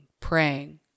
praying